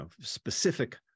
specific